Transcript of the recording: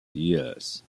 yes